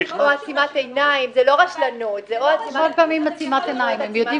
זה לא רק רשלנות, זה יכול להיות גם עצימת עיניים.